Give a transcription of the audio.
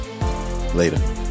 Later